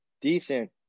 decent